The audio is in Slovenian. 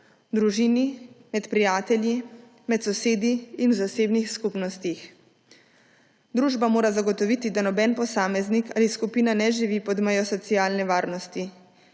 družini, med prijatelji, med sosedi in v zasebnih skupnostih. Družba mora zagotoviti, da noben posameznik ali skupina ne živi pod mejo socialne varnosti.